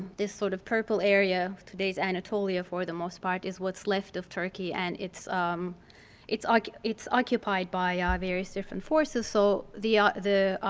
this sort of purple area, today's anatolia for the most part, is what's left of turkey. and it's um it's like occupied by ah various different forces. so the ah the